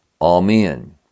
Amen